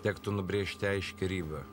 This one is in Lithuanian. tektų nubrėžti aiškią ribą